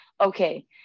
okay